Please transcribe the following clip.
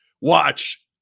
Watch